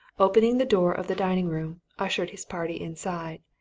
opening the door of the dining-room, ushered his party inside,